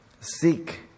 seek